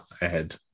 ahead